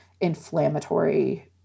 inflammatory